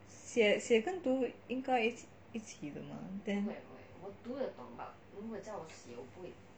写写跟读应该一起的吗